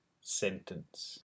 sentence